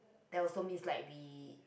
that also means like we